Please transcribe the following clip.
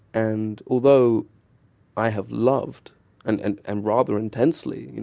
and although i have loved and and and rather intensely